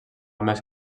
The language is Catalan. més